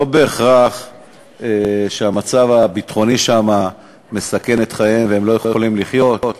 לא בהכרח המצב הביטחוני שם מסכן את חייהם והם לא יכולים לחיות,